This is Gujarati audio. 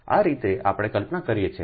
આ રીતે આપણે કલ્પના કરીએ છીએ